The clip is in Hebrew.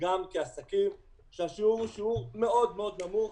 וגם כעסקים שהשיעור הוא שיעור מאוד מאוד נמוך.